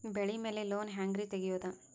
ಬೆಳಿ ಮ್ಯಾಲೆ ಲೋನ್ ಹ್ಯಾಂಗ್ ರಿ ತೆಗಿಯೋದ?